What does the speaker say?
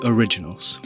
Originals